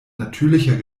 natürlicher